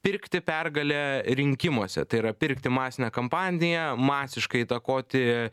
pirkti pergalę rinkimuose tai yra pirkti masinę kampaniją masiškai įtakoti